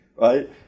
right